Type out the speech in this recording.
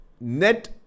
net